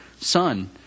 Son